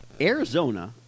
Arizona